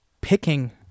picking